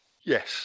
Yes